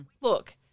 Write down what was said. look